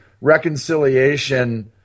reconciliation